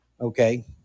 Okay